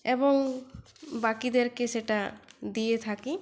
এবং বাকিদেরকে সেটা দিয়ে থাকি